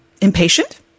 impatient